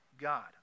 God